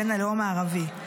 בן הלאום הערבי.